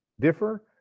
differ